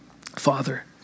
Father